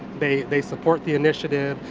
they they support the initiative.